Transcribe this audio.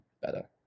better